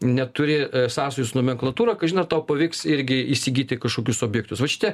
neturi sąsajų su nomenklatūra kažin ar tau pavyks irgi įsigyti kažkokius objektus va šitie